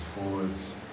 forwards